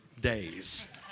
days